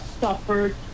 suffered